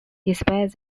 despite